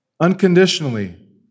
unconditionally